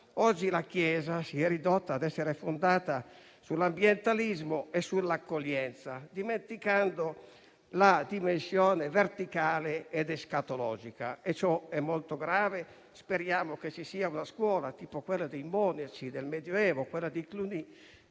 Oggi la Chiesa si è ridotta a essere fondata sull'ambientalismo e sull'accoglienza, dimenticando la dimensione verticale ed escatologica. Ciò è molto grave e speriamo che ci sia una scuola, tipo quella dei monaci del Medioevo di Cluny,